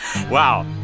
Wow